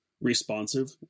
responsive